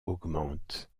augmente